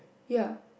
ya